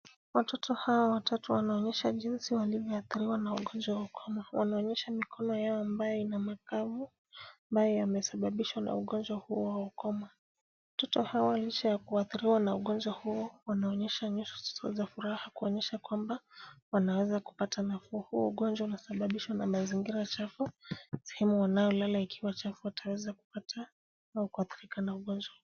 Watoto hawa watatu wanaonyeshana jinsi walivyoathiriwa na ugonjwa wa ukoma. Wanaonyesha mikono yao ambayo ina makavu ambayo yamesababishwa na ugonjwa huo wa ukoma. Watoto hawa licha ya kuathiriwa na ugonjwa huo wanaonyesha nyuso za furaha kuonyesha kwamba wanaweza kupata nafuu. Huu ugonjwa husababishwa na mazingira chafu. Sehemu wanayolala ikiwa chafu wataweza kupata au kuathirika na ugonjwa.